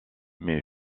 mais